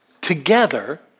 together